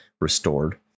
restored